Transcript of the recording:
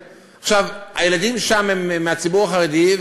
הילדים שם הם מהציבור החרדי,